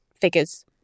figures